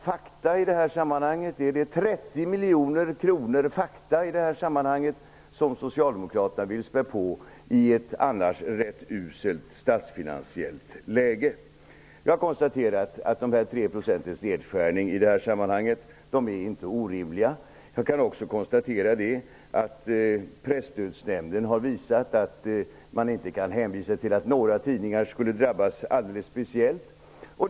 Fakta i detta sammanhang är de 30 miljoner kronor som Socialdemokraterna vill spä på med i ett annars rätt uselt statsfinansiellt läge. Jag konstaterar att 3 % nedskärning i detta sammanhang inte är orimligt. Presstödsnämnden har visat att man inte kan hänvisa till att några tidningar skulle drabbas alldeles speciellt.